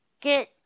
get